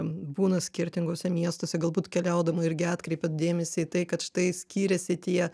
būna skirtinguose miestuose galbūt keliaudama irgi atkreipiat dėmesį į tai kad štai skiriasi tie